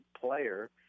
player